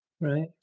Right